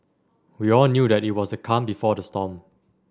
we all knew that it was the calm before the storm